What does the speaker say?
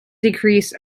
decrease